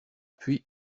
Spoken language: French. puis